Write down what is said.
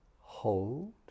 Hold